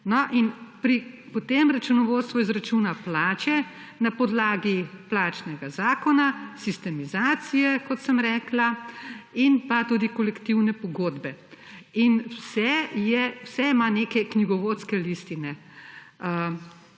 potem računovodstvo izračuna plače na podlagi plačnega zakona, sistemizacije, kot sem rekla, in pa tudi kolektivne pogodbe. In vse ima neke knjigovodske listine.